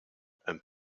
een